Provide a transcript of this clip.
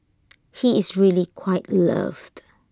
he is really quite loved